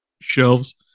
shelves